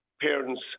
parents